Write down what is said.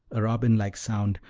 a robin-like sound,